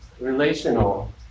relational